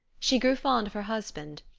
she grew fond of her husband,